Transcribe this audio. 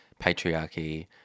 patriarchy